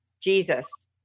Jesus